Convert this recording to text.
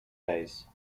days